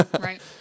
Right